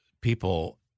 people